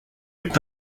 est